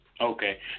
Okay